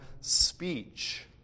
speech